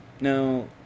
No